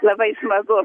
labai smagu